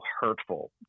hurtful